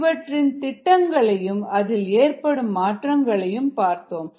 இவற்றின் திட்டங்களையும் அதில் ஏற்படும் மாற்றங்களையும் பார்த்தோம்